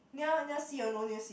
near near sea or no near sea